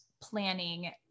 planning